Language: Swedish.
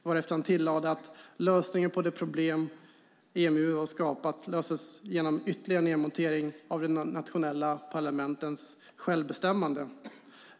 Därefter tillade han att de problem EMU har skapat löses genom ytterligare nedmontering av de nationella parlamentens självbestämmande.